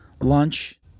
lunch